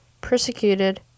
persecuted